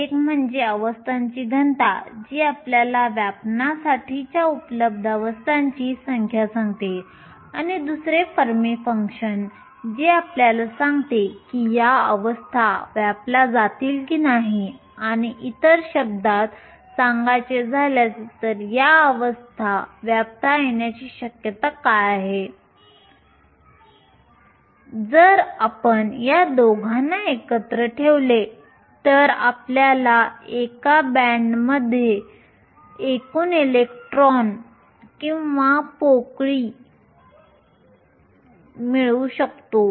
एक म्हणजे अवस्थांची घनता जी आपल्याला व्यापण्यासाठीच्या उपलब्ध अवस्थांची संख्या सांगते आणि दुसरे फर्मी फंक्शन जे आपल्याला सांगते की या अवस्था व्यापल्या जातील की नाही किंवा इतर शब्दात सांगायचे झाल्यास तर या अवस्था व्यापता येण्याची शक्यता काय आहे जर आपण या दोघांना एकत्र ठेवले तर अपल्याला एका बँडमध्ये एकूण इलेक्ट्रॉन किंवा एकूण पोकळी मिळवू शकतो